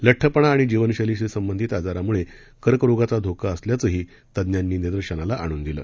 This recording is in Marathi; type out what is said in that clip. लड्डपणा आणि जीवनशस्त्रीशी संबंधित आजारामुळे कर्करोगाचा धोका असल्याचं तज्ञांनी निदर्शनास आणून दिलं